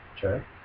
Sure